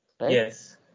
Yes